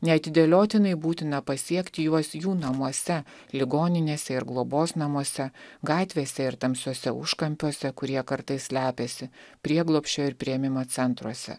neatidėliotinai būtina pasiekti juos jų namuose ligoninėse ir globos namuose gatvėse ir tamsiuose užkampiuose kur jie kartais slepiasi prieglobsčio ir priėmimo centruose